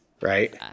Right